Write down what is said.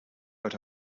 but